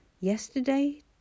Yesterday